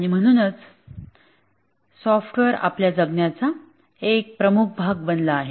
आणि म्हणूनच सॉफ्टवेअर आपल्या जगण्याचा एक प्रमुख भाग बनला आहे